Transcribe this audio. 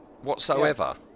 whatsoever